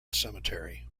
cemetery